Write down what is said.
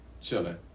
chilling